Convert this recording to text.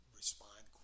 respond